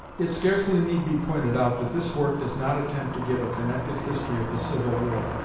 it scarcely need be pointed out that this work does not attempt to give a connected history of the civil war,